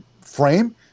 frame